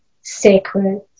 Sacred